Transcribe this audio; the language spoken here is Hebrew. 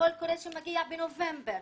קול קורא שמגיע בנובמבר,